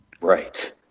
Right